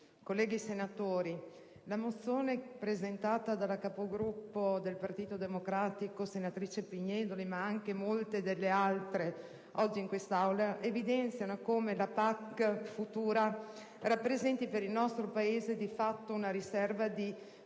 colleghi senatori, la mozione presentata dalla capogruppo del Partito Democratico in 9a Commissione, senatrice Pignedoli, ma anche molte delle altre discusse oggi in quest'Aula, evidenziano come la PAC futura rappresenti per il nostro Paese di fatto una riserva di straordinaria